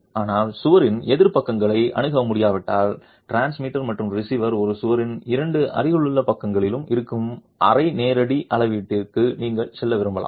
ஆனால் சுவரின் எதிர் பக்கங்களை அணுக முடியாவிட்டால் டிரான்ஸ்மிட்டர் மற்றும் ரிசீவர் ஒரு சுவரின் இரண்டு அருகிலுள்ள பக்கங்களில் இருக்கும் அரை நேரடி அளவீட்டுக்கு நீங்கள் செல்ல விரும்பலாம்